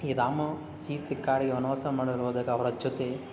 ಈ ರಾಮ ಸೀತೆ ಕಾಡಿಗೆ ವನವಾಸ ಮಾಡಲು ಹೋದಾಗ ಅವರ ಜೊತೆ